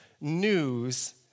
news